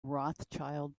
rothschild